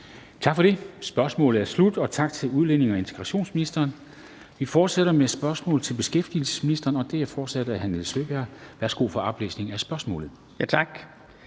Tak for det. Spørgsmålet er slut. Tak til udlændinge- og integrationsministeren. Vi fortsætter med spørgsmål til beskæftigelsesministeren, og det er fortsat af hr. Nils Sjøberg. Kl. 13:51 Spm. nr.